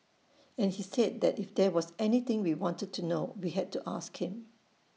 and he said that if there was anything we wanted to know we had to ask him